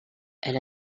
elle